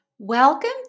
Welcome